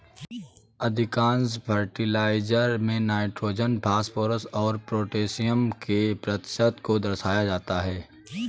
अधिकांश फर्टिलाइजर में nitrogen, phosphorus और पौटेशियम के प्रतिशत को दर्शाया जाता है